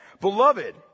Beloved